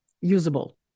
usable